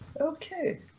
okay